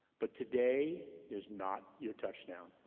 but today is not your touchdown.